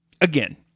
Again